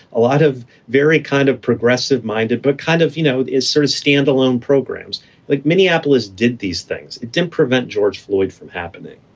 a lot of very kind of progressive minded, but kind of, you know, is sort of standalone programs like minneapolis did these things. it didn't prevent george floyd from happening